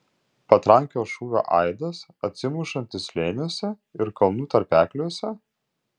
patrankos šūvio aidas atsimušantis slėniuose ir kalnų tarpekliuose